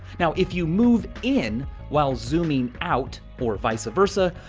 now, if you move in while zooming out, or vice versa,